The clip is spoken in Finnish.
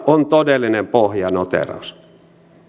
on todellinen pohjanoteeraus